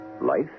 life